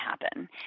happen